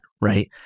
right